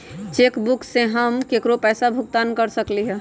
cheque book से हम केकरो पैसा भुगतान कर सकली ह